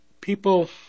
People